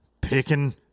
picking